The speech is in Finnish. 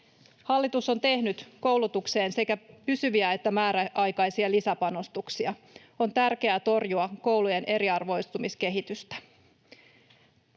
Hallitus on tehnyt koulutukseen sekä pysyviä että määräaikaisia lisäpanostuksia. On tärkeää torjua koulujen eriarvoistumiskehitystä.